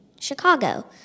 Chicago